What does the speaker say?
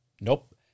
nope